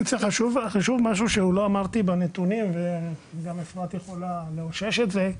חשוב משהו שלא אמרתי בנתונים וגם אפרת תוכל לאשש את זה.